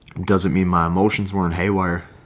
doesn't mean my emotions weren't haywire